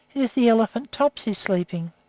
is the elephant topsy sleeping.